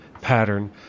pattern